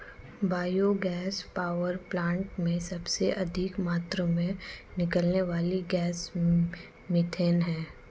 bio gas power plant में सबसे अधिक मात्रा में निकलने वाली गैस मिथेन है